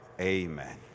amen